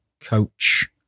coach